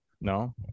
No